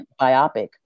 Biopic